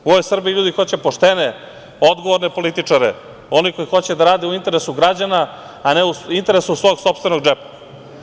U ovoj Srbiji ljudi hoće poštene, odgovorne političare, one koji hoće da rade u interesu građana, a ne u interesu svog sopstvenog džepa.